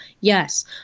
Yes